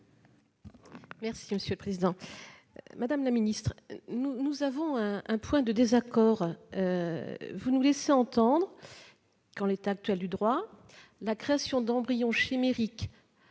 Mme la rapporteure. Madame la ministre, nous avons un point de désaccord. Vous nous laissez entendre que, en l'état actuel du droit, la création d'embryons chimériques